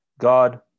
God